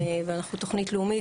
ואנחנו תוכנית לאומית,